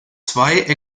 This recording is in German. zwei